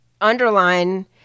underline